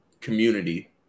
community